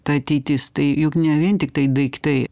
ta ateitis tai juk ne vien tiktai daiktai